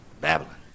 Babylon